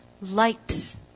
Light